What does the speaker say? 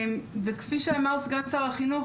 כפי שאמר סגן שר החינוך,